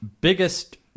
biggest